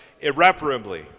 irreparably